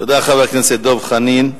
תודה, חבר הכנסת חנין.